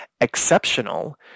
exceptional